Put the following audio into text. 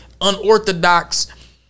unorthodox